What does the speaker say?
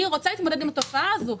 אני רוצה להתמודד עם התופעה הזאת,